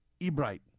Ebright